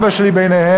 אבא שלי ביניהם,